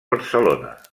barcelona